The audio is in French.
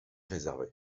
réservé